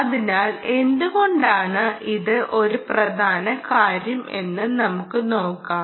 അതിനാൽ എന്തുകൊണ്ടാണ് ഇത് ഒരു പ്രധാന കാര്യം എന്ന് നമുക്ക് നോക്കാം